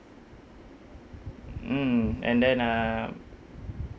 mm and then uh